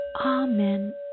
Amen